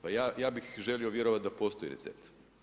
Pa ja bih želio vjerovati da postoji recept.